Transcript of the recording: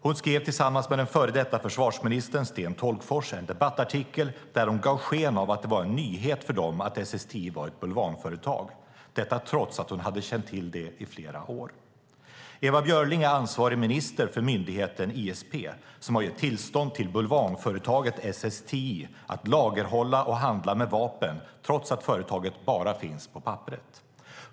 Hon skrev tillsammans med före detta försvarsministern Sten Tolgfors en debattartikel där hon gav sken av att det var en nyhet för dem att SSTI var ett bulvanföretag, trots att hon hade känt till det i flera år. Ewa Björling är ansvarig minister för myndigheten ISP, som har gett tillstånd till bulvanföretaget SSTI att lagerhålla och handla med vapen trots att företaget bara finns på papperet.